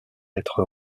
être